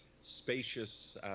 spacious